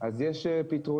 אז יש פתרונות.